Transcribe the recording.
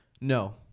No